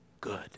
good